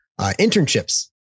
internships